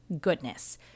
goodness